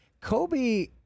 Kobe